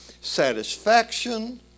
satisfaction